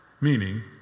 meaning